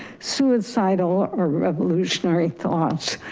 suicidal, or revolutionary thoughts,